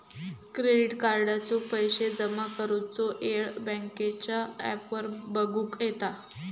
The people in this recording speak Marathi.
क्रेडिट कार्डाचो पैशे जमा करुचो येळ बँकेच्या ॲपवर बगुक येता